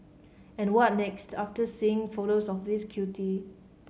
and what next after seeing photos of this cutie